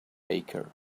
baker